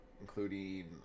including